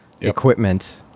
equipment